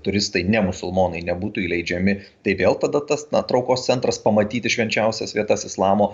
turistai nemusulmonai nebūtų įleidžiami tai vėl tada tas na traukos centras pamatyti švenčiausias vietas islamo